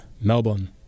Melbourne